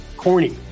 corny